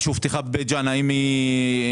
שהוא רוצה לחלק 200,000 רישיונות